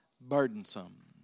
burdensome